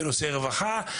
בנושא רווחה,